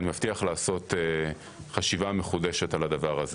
מבטיח לעשות חשיבה מחודשת על זה.